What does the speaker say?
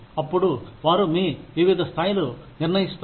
అప్పుడు వారు మీ వివిధ స్థాయిలు నిర్ణయిస్తారు